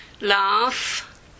laugh